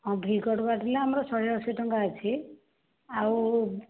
ହଁ ଭି କଟ୍ କାଟିଲେ ଆମର ଶହେ ଅଶି ଟଙ୍କା ଅଛି ଆଉ